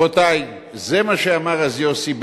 רבותי, זה מה שאמר אז יוסי ביילין,